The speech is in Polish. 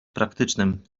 praktycznym